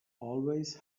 always